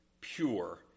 pure